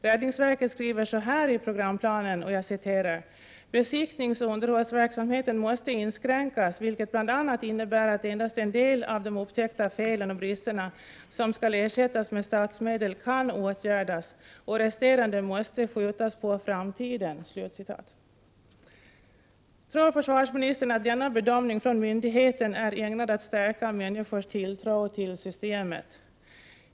Räddningsverket skriver så här i programplanen: ”Besiktningsoch underhållsverksamheten måste inskränkas, vilket bl.a. innebär att endast en del av de upptäckta felen och bristerna som skall ersättas med statsmedel kan åtgärdas och resterande måste skjutas på framtiden.” Tror försvarsministern att denna bedömning från myndigheten är ägnad att stärka människors tilltro till systemet?